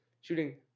shooting